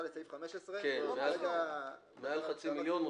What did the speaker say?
כרגע לא, מעל חצי מיליון.